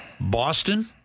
Boston